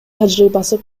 тажрыйбасы